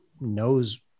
knows